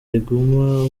riguma